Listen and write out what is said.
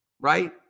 right